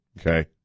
Okay